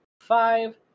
five